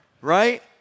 right